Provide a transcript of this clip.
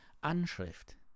Anschrift